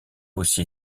aussi